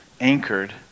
anchored